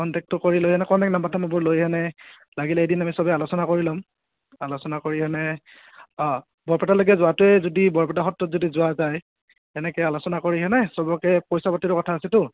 কণ্টেক্টটো কৰি লৈকেনে কণ্টেক নাম্বাৰটো লৈকেনে লাগিলে এদিন আমি সবে আলোচনা কৰি ল'ম আলোচনা কৰিহেনে অঁ বৰপেটালৈকে যোৱাটোৱে যদি বৰপেটা সত্ৰত যদি যোৱা যায় সেনেকৈ আলোচনা কৰিহেনে সবকে পইচা পাতিৰ কথা আছেতো